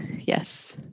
Yes